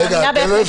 רגע, תן לה לסיים.